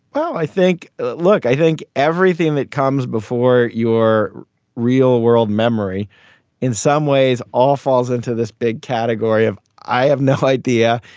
well, i think look, i think everything that comes before your real world memory in some ways all falls into this big category of i have no idea.